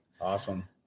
Awesome